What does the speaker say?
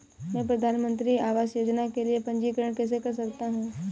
मैं प्रधानमंत्री आवास योजना के लिए पंजीकरण कैसे कर सकता हूं?